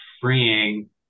freeing